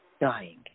Dying